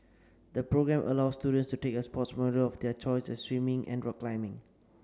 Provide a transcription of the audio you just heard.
the programme allows students to take a sports module of their choice as swimming and rock climbing